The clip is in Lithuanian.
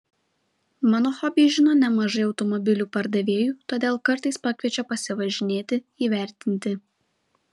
mano hobį žino nemažai automobilių pardavėjų todėl kartais pakviečia pasivažinėti įvertinti